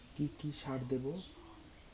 কি কি সার দেবো?